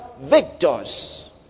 Victors